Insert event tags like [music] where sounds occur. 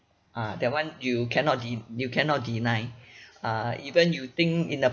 ah that one you cannot de~ you cannot deny [breath] uh even you think in the